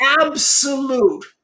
absolute